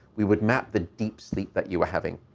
we would map the deep sleep that you were having.